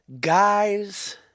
Guys